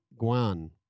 Guan